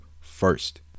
first